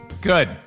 Good